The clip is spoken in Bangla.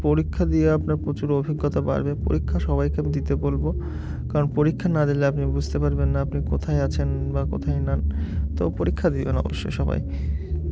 পরীক্ষা দিয়ে আপনার প্রচুর অভিজ্ঞতা বাড়বে পরীক্ষা সবাইকে আমি দিতে বলব কারণ পরীক্ষা না দিলে আপনি বুঝতে পারবেন না আপনি কোথায় আছেন বা কোথায় নেন তো পরীক্ষা দিবেন অবশ্যই সবাই